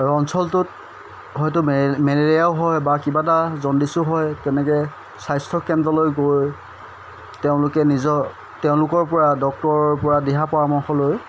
আৰু অঞ্চলটোত হয়তো মেলেৰিয়াও হয় বা কিবা এটা জণ্ডিছো হয় তেনেকৈ স্বাস্থ্যকেন্দ্ৰলৈ গৈ তেওঁলোকে নিজৰ তেওঁলোকৰপৰা ডক্টৰৰপৰা দিহা পৰামৰ্শ লৈ